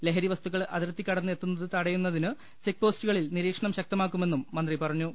ലഹരി വസ്തുക്കൾ അതിർത്തി കടന്ന് എത്തുന്നത് തടയുന്നതിന് ചെക്ക് പോസ്റ്റുകളിൽ നിരീക്ഷണം ശക്തമാക്കുമെന്നും മന്ത്രി പറഞ്ഞു